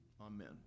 Amen